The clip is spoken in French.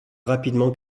rapidement